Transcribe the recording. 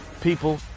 people